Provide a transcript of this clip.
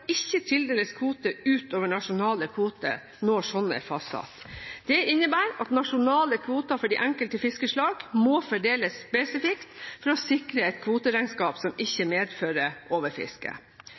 ikke tildeles kvoter ut over nasjonale kvoter, når slike er fastsatt. Dette innebærer at nasjonale kvoter for de enkelte fiskeslag må fordeles spesifikt, for å sikre et kvoteregnskap som ikke